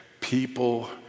people